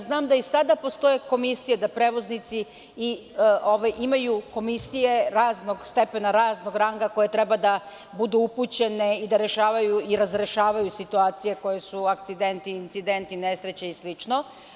Znam da i sada postoje komisije, da prevoznici imaju komisije raznog stepena, raznog ranga koje treba da budu upućene i da rešavaju i da razrešavaju situacije koje su akcidenti, incidenti, nesreće i slično.